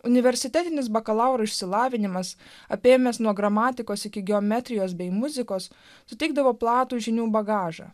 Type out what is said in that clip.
universitetinis bakalauro išsilavinimas apėmęs nuo gramatikos iki geometrijos bei muzikos suteikdavo platų žinių bagažą